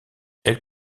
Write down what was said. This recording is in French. elle